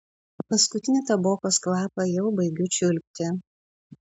paskutinį tabokos kvapą jau baigiu čiulpti